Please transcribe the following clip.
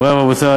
מורי ורבותי,